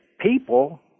people